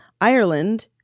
Ireland